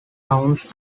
towns